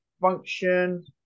function